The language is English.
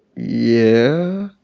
yeah.